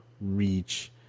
reach